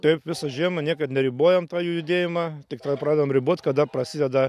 taip visą žiemą niekad neribojam tą jų judėjimą tik tai pradedam riboti kada prasideda